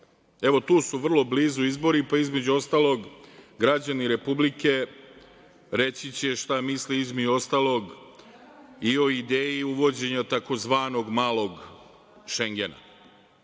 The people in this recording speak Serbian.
Evo, tu su vrlo blizu izbori, pa između ostalog građani Republike reći će šta misle, između ostalog i o ideji uvođenja tzv. „Malog Šengena“.